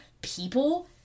people